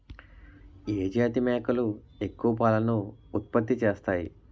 ఏ జాతి మేకలు ఎక్కువ పాలను ఉత్పత్తి చేస్తాయి?